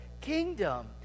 kingdom